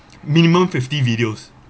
minimum fifty videos